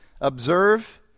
Observe